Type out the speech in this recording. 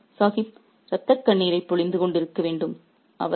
ஏழை நவாப் சாஹிப் இரத்தக் கண்ணீரைப் பொழிந்து கொண்டிருக்க வேண்டும்